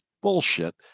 bullshit